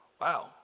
wow